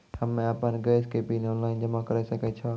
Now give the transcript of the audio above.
हम्मे आपन गैस के बिल ऑनलाइन जमा करै सकै छौ?